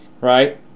Right